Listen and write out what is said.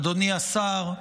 אדוני השר,